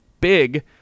big